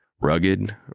Rugged